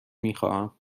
میخواهم